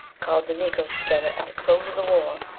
called the negroes together at the close of the war,